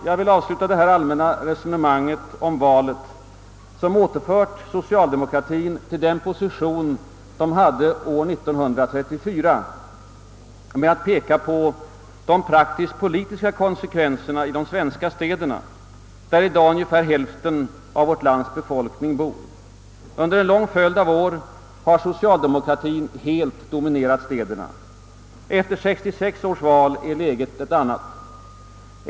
Jag vill avsluta detta allmänna resonemang om valet, som återfört socialdemokratien till den position den hade år 1934, med att peka på de praktisk-politiska konsekvenserna i de svenska städerna, där i dag ungefär hälften av vårt lands befolkning bor. Under en lång följd av år har socialdemokratien helt dominerat städerna. Efter 1966 års val är läget ett annat.